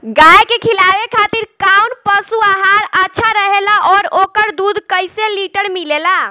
गाय के खिलावे खातिर काउन पशु आहार अच्छा रहेला और ओकर दुध कइसे लीटर मिलेला?